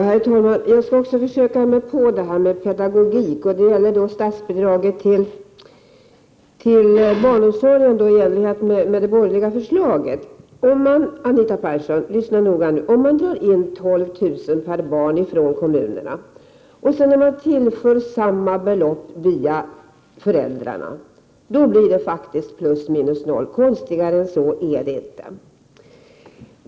Herr talman! Också jag skall försöka mig på pedagogik. Det gäller statsbidraget till barnomsorgen enligt det borgerliga förslaget. Lyssna noga nu, Anita Persson! Om man drar 12 000 kr. per barn från kommunerna och sedan tillför samma belopp via föräldrarna, då blir det faktiskt plus minus noll — konstigare än så är det inte.